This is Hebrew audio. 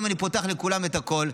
אם אני פותח לכולם את הכול,